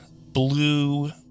blue